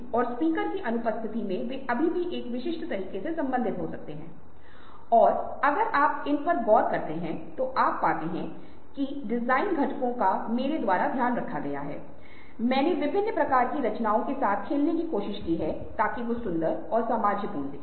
लेकिन हमने जिन प्रतिभूतियों के संदर्भ में बात की है वे बिक्री के लिए विज्ञापन के संदर्भ में भी हो सकती हैं ब्रांड में सुधार के लिए किसी विशेष कंपनी के ब्रांड नाम को सशक्त करने या बढ़ाने के लिए या हमें कहने के लिए लोगों को इतनी सारी चीजों के लिए दान देने के लिए राजी करना चाहिए